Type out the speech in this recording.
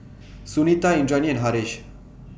Sunita Indranee and Haresh